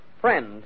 friend